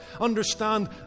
Understand